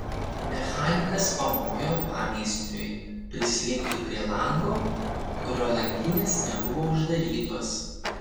mechanikas pamojo pameistriui prislinkti prie lango kurio langinės nebuvo uždarytos